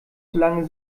solange